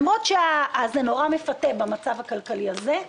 זה נורא מפתה במצב הכלכלי הזה,